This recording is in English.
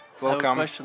Welcome